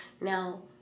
Now